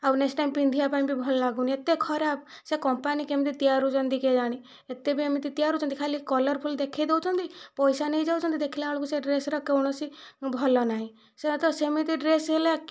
ଆଉ next time ପିନ୍ଧିବା ପାଇଁ ବି ଭଲ ଲାଗୁନି ଏତେ ଖରାପ ସେ କମ୍ପାନୀ କେମିତି ତିଆରୁଛନ୍ତି କେଜାଣି ଏତେ ବି ଏମିତି ତିଆରୁଛନ୍ତି ଖାଲି କଲର୍ଫୁଲ ଦେଖେଇ ଦେଉଛନ୍ତି ପଇସା ନେଇ ଯାଉଛନ୍ତି ଦେଖିଲା ବେଳକୁ ସେ ଡ୍ରେସ୍ର କୌଣସି ଭଲ ନାହିଁ ସେଇଟା ତ ସେମିତି ଡ୍ରେସ୍ ହେଲା